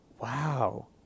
Wow